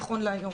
נכון להיום.